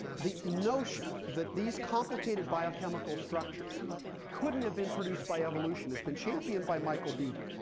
the notion that these complicated biochemical structures couldn't have been produced by evolution has been championed by michael behe.